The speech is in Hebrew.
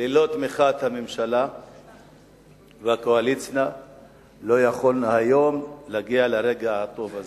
שללא תמיכת הממשלה והקואליציה לא יכולנו להגיע היום לרגע הטוב הזה.